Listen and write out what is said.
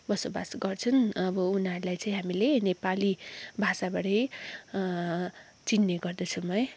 बसोबास गर्छन् अब उनीहरूलाई चाहिँ हामीले नेपाली भाषाबारे चिन्ने गर्दछौँ है